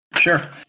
Sure